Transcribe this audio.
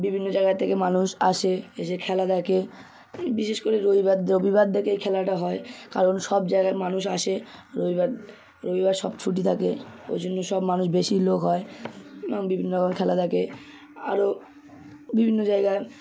বিভিন্ন জায়গা থেকে মানুষ আসে এসে খেলা দেখে বিশেষ করে রবিবার দেখে এই খেলাটা হয় কারণ সব জায়গার মানুষ আসে রবিবার রবিবার সব ছুটি থাকে ওই জন্য সব মানুষ বেশি লোক হয় এবং বিভিন্ন রকম খেলা দেখে আরও বিভিন্ন জায়গায়